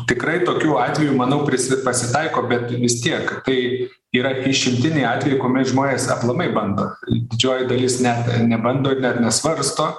tikrai tokių atvejų manau prisi pasitaiko bet vis tiek kai yra išimtiniai atvejai kuomet žmonės aplamai bando kai didžioji dalis net nebando net nesvarsto